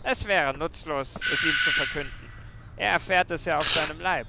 es wäre nutzlos es ihm zu verkünden er erfährt es ja auf seinem leib